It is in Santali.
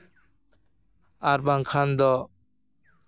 ᱟᱨ ᱵᱟᱝ ᱠᱷᱟᱱ ᱫᱚ